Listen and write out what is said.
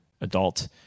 adult